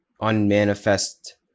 unmanifest